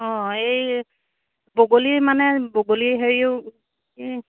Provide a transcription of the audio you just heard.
অঁ এই বগলীৰ মানে বগলী হেৰিও